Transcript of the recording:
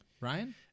Ryan